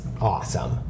awesome